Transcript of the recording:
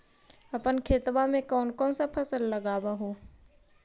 अपन खेतबा मे कौन कौन फसल लगबा हू?